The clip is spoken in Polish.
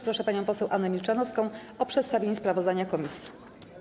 Proszę panią poseł Annę Milczanowską o przedstawienie sprawozdania komisji.